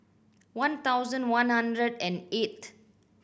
one thousand one hundred and eighth